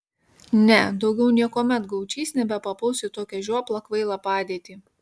ne daugiau niekuomet gaučys nebepapuls į tokią žioplą kvailą padėtį